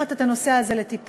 לקחת את הנושא הזה לטיפול.